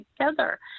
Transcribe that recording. together